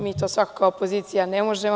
Mi to svakako kao opozicija ne možemo.